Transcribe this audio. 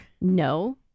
no